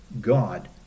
God